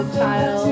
child